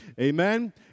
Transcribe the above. Amen